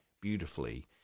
beautifully